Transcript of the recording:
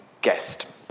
guest